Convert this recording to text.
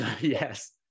Yes